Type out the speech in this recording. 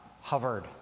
hovered